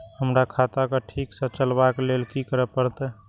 हमरा खाता क ठीक स चलबाक लेल की करे परतै